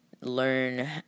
learn